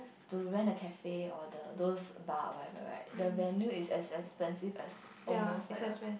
to rent the cafe or the those bar whatever right the venue is as expensive as almost like a